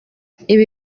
ibi